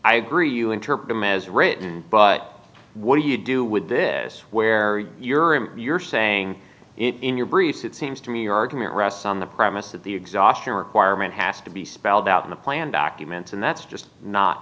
i agree you interpret him as written but what do you do with this where you're in you're saying in your briefs it seems to me your argument rests on the premise that the exhaustion requirement has to be spelled out in the plan documents and that's just not